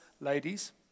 ladies